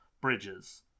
Bridges